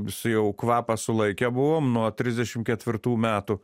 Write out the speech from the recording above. visi jau kvapą sulaikę buvome nuo trisdešim ketvirtų metų